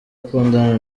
akundana